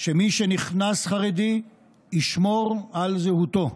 שמי שנכנס חרדי ישמור על זהותו.